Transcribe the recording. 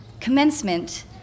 Commencement